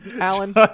Alan